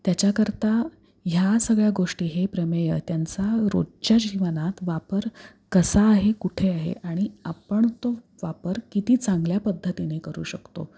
त्याच्याकरता ह्या सगळ्या गोष्टी हे प्रमेयं त्यांचा रोजच्या जीवनात वापर कसा आहे कुठे आहे आणि आपण तो वापर किती चांगल्या पद्धतीने करू शकतो